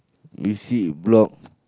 we sit block